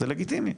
זה לגיטימי.